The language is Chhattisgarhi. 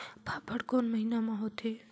फाफण कोन महीना म होथे?